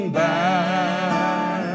back